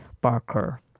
Barker